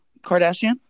Kardashian